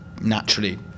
Naturally